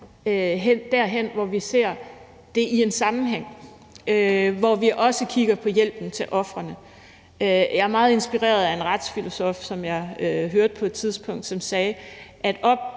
derhen, hvor vi ser det i en sammenhæng, og hvor vi også kigger på hjælpen til ofrene. Jeg er meget inspireret af en retsfilosof, som jeg hørte på et tidspunkt, som sagde, at